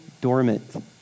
dormant